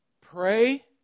Pray